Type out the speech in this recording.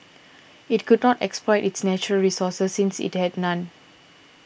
it could not exploit its natural resources since it had none